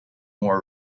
more